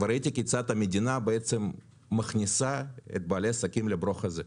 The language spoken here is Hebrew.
וראיתי כיצד המדינה בעצם מכניסה את בעלי העסקים ל"ברוך" הזה.